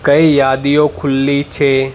કઈ યાદીઓ ખુલ્લી છે